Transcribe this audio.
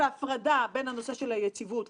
אין לנו סיבה להסיק מסקנה כזאת,